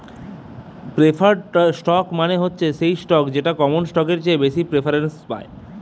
preferred stock মানে হচ্ছে সেই স্টক যেটা কমন স্টকের চেয়ে বেশি প্রেফারেন্স পায়